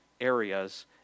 areas